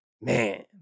man